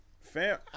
Fam